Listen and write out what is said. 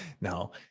No